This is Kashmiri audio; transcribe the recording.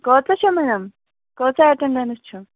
کۭژاہ چھَو مَیڈَم کٲژاہ ایٚٹَنٛڈنٕس چھِ